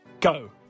go